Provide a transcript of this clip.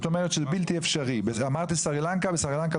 השאלה השנייה,